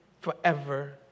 forever